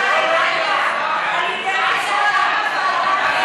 אנחנו נעבור להצבעה.